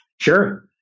Sure